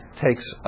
takes